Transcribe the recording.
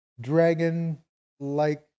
dragon-like